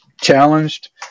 challenged